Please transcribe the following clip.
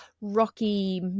rocky